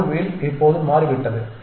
ருல் வீல் இப்போது மாறிவிட்டது